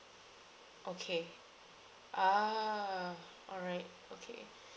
okay ah all right okay